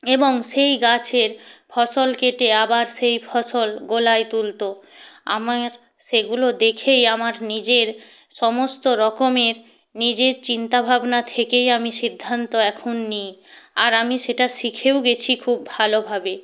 এবং সেই গাছের ফসল কেটে আবার সেই ফসল গোলায় তুলতো আমার সেগুলো দেখেই আমার নিজের সমস্ত রকমের নিজের চিন্তাভাবনা থেকেই আমি সিদ্ধান্ত এখন নিই আর আমি সেটা শিখেও গেছি খুব ভালোভাবে